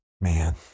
man